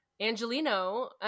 Angelino